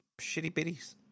Shitty-bitties